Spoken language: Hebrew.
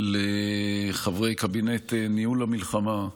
לחברי קבינט ניהול המלחמה,